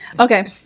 okay